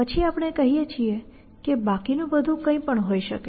પછી આપણે કહીએ છીએ કે બાકીનું બધું કંઈપણ હોઈ શકે